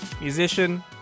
musician